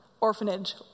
orphanage